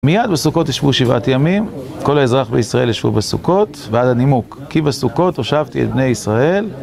ומיד בסוכות ישבו שבעת ימים, כל האזרח בישראל ישבו בסוכות, ועד הנימוק, כי בסוכות הושבתי את בני ישראל.